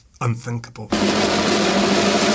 unthinkable